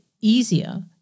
easier